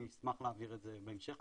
אני אשמח להעביר את זה בהמשך,